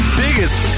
biggest